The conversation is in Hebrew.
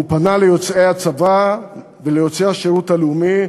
הוא פנה ליוצאי הצבא וליוצאי השירות הלאומי ואמר: